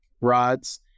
rods